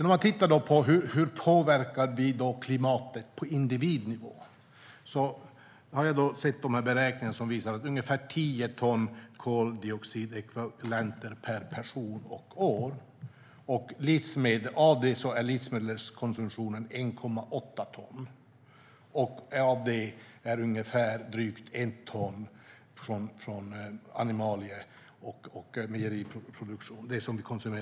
När det gäller hur vi påverkar klimatet på individnivå har jag sett beräkningarna som visar på ungefär 10 ton koldioxidekvivalenter per person och år. Av det ger livsmedelskonsumtionen 1,8 ton, och av det kommer drygt 1 ton från animalie och mejeriproduktion.